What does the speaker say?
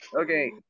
Okay